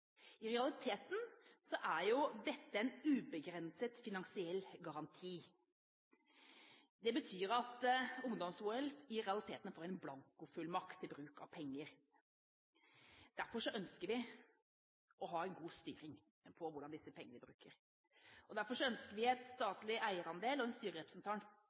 I realiteten er dette en ubegrenset finansiell garanti. Det betyr at ungdoms-OL i realiteten får en blankofullmakt når det gjelder bruk av penger. Derfor ønsker vi å ha en god styring på hvordan disse pengene brukes og derfor ønsker vi en statlig eierandel og en